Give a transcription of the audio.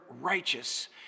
righteous